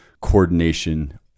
coordination